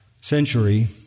century